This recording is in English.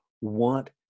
want